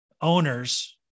owners